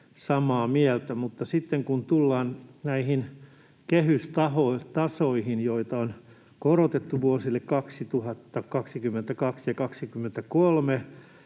sitten kun tullaan näihin kehystasoihin, joita on korotettu vuosille 2022 ja ‑23,